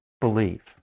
believe